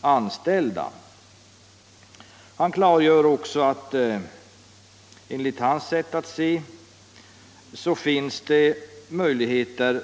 anställda.” Lassinantti klargör också att det enligt hans sätt att se finns avsättningsmöjligheter.